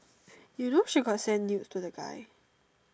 you know she got send nudes to the guy